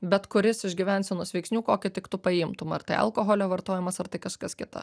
bet kuris iš gyvensenos veiksnių kokį tik tu paimtum ar tai alkoholio vartojimas ar tai kažkas kita